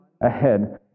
ahead